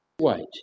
Wait